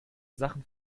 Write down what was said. sachen